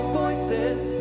voices